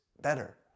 better